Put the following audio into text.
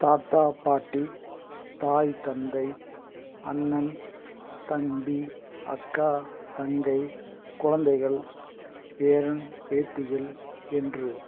தாத்தா பாட்டி தாய் தந்தை அண்ணன் தம்பி அக்கா தங்கை குழந்தைகள் பேரன் பேத்திகள் என்று